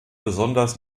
besonders